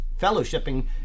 fellowshipping